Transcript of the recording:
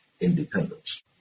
independence